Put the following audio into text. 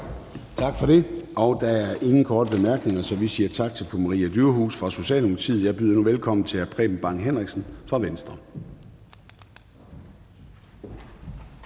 Tak for det. Der er ingen korte bemærkninger, så vi siger tak til hr. Anders Kronborg fra Socialdemokratiet. Jeg byder nu velkommen til hr. Hans Andersen fra Venstre.